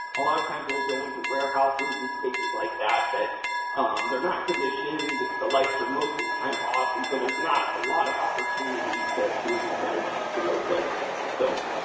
a lot of times we'll go into warehouses and spaces like that where they're not conditioned. the lights are most of the time off. and so, there's not a lot of opportunity to to reduce energy use in those buildings. so,